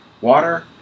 water